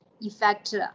effect